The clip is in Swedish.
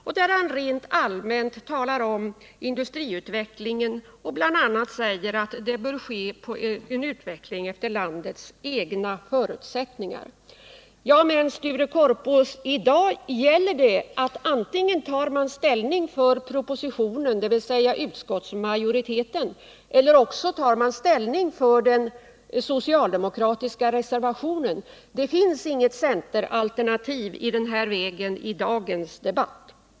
Där talar han rent allmänt om industriutvecklingen och säger bl.a. att utvecklingen bör ske med hänsyn till landets egna förutsättningar. Men, Sture Korpås, i dag gäller det att ta ställning antingen för propositionen, dvs. utskottsmajoritetens förslag, eller också för den socialdemokratiska reservationen. Det finns inget centeralternativ i dagens debatt.